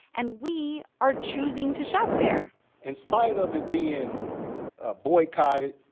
and we are choosing to shop there in spite of it being ah boycotted,